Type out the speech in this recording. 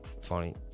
Funny